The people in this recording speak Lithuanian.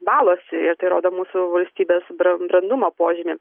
valosi ir tai rodo mūsų valstybės bran brandumo požymį